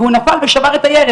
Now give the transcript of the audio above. והוא נפל ושבר את הירך.